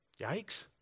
Yikes